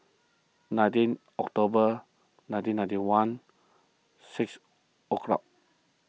nineteen October nineteen ninety one six o'clock